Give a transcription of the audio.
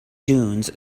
dunes